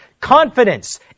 confidence